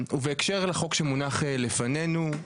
ובהקשר לחוק שמונח לפנינו,